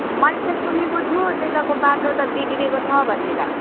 मैले सुनेको थियो त्यताको बाटो बिग्रेको छ भनेर